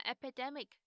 Epidemic